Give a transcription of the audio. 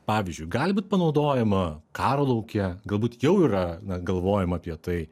pavyzdžiui gali būt panaudojama karo lauke galbūt jau yra na galvojama apie tai